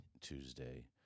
Tuesday